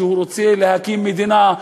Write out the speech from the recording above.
שהוא רוצה להקים מדינה,